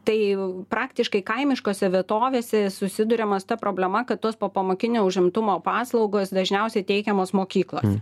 tai praktiškai kaimiškose vietovėse susiduriama su ta problema kad tos popamokinio užimtumo paslaugos dažniausiai teikiamos mokyklose